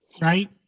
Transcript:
right